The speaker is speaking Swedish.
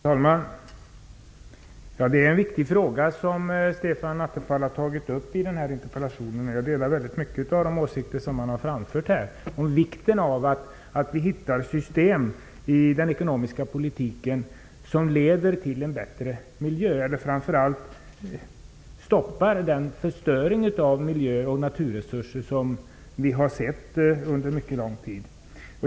Fru talman! Det är en viktig fråga som Stefan Attefall har tagit upp i interpellationen. Jag delar många av de åsikter som han har framfört här om vikten av att vi hittar system i den ekonomiska politiken som leder till en bättre miljö och framför allt stoppar den förstöring av miljö och naturresurser som vi har sett under mycket lång tid.